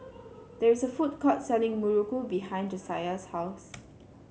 there is a food court selling muruku behind Jasiah's house